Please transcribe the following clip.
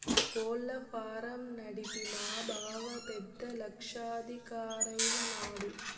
కోళ్ల ఫారం నడిపి మా బావ పెద్ద లక్షాధికారైన నాడు